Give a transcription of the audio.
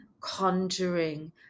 conjuring